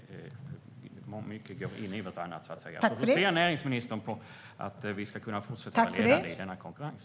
Mycket går in i varandra. Hur ser näringsministern på att vi ska kunna vara fortsätta att vara ledande i denna konkurrens?